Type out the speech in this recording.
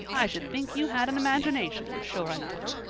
i should think you had an imagination, sure enough.